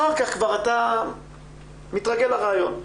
אחר כך כבר אתה מתרגל לרעיון.